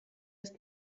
ist